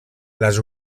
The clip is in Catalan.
les